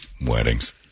Weddings